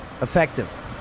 Effective